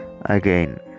again